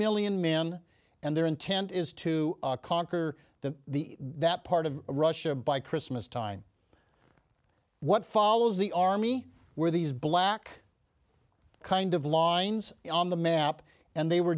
million men and their intent is to conquer the the that part of russia by christmas time what follows the army where these black kind of lines on the map and they were